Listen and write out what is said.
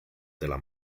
della